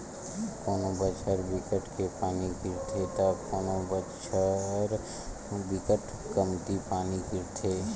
कोनो बछर बिकट के पानी गिरथे त कोनो बछर बिकट कमती पानी गिरथे